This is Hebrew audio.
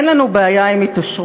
אין לנו בעיה עם התעשרות,